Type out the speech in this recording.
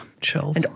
Chills